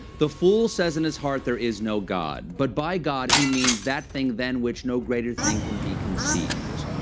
the fool says in his heart there is no god. but by god, he means that thing then which no greater thing can be conceived.